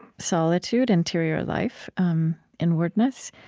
solitude interior life inwardness.